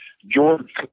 george